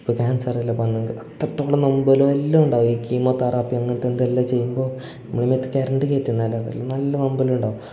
ഇപ്പോൾ ക്യാൻസറെല്ലാം വന്നെങ്കിൽ അത്രത്തോളം നൊമ്പലൊ എല്ലാം ഉണ്ടാവും ഈ കീമോതറാപ്പി അങ്ങനത്തെ എന്തെല്ലാം ചെയ്യുമ്പോൾ മൂവത്ത് കരണ്ട് കയറ്റുന്നതല്ലേ അതല്ല നല്ല നൊമ്പലുണ്ടാവും